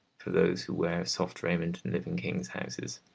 for those who wear soft raiment and live in kings' houses.